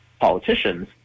politicians